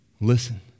Listen